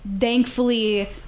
thankfully